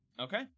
Okay